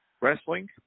Wrestling